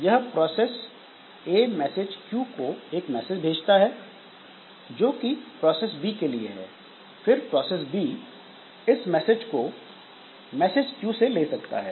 यह process A message queue को एक मैसेज भेजता है जो की प्रोसेस बी के लिए है फिर प्रोसेस B इस मैसेज को मैसेज क्यू से ले सकता है